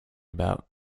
about